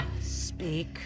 Speak